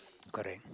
correct